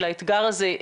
של האתגר הזה.